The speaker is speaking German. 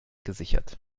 gesichert